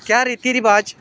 क्या रिती रवाज